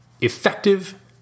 effective